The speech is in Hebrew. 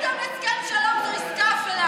ממתי הסכם שלום נהיה עסקה אפלה?